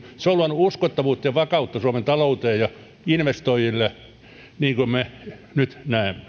se on luonut uskottavuutta ja vakautta suomen talouteen ja investoijille niin kuin me nyt